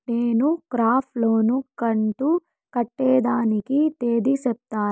నేను crop loan కంతు కట్టేదానికి తేది సెప్తారా?